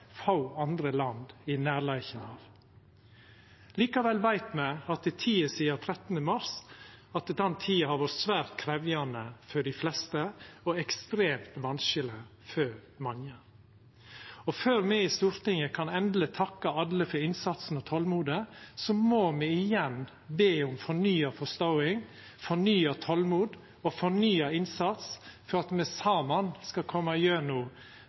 få andre land er i nærleiken av. Likevel veit me at tida sidan 13. mars har vore svært krevjande for dei fleste og ekstremt vanskeleg for mange. Før me i Stortinget kan endeleg takka alle for innsatsen og tolmodet, må me igjen be om fornya forståing, fornya tolmod og fornya innsats for at me saman skal koma gjennom